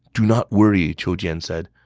do not worry, qiu jian said.